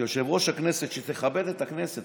כיושב-ראש הכנסת שתכבד את הכנסת.